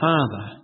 Father